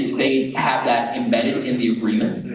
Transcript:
have that embedded in the agreement,